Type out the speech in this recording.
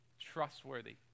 trustworthy